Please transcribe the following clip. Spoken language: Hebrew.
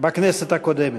בכנסת הקודמת.